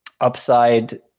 upside